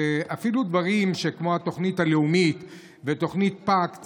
ואפילו דברים כמו התוכנית הלאומית ותוכנית פאקט,